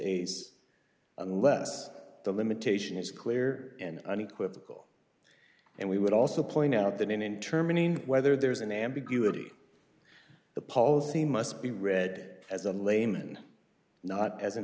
a's unless the limitation is clear and unequivocal and we would also point out that in terminating whether there is an ambiguity the policy must be read as a layman not as an